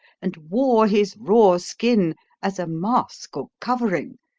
and wore his raw skin as a mask or covering,